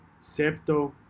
septo